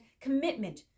commitment